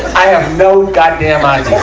i have no goddamn idea!